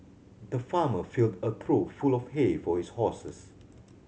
the farmer filled a trough full of hay for his horses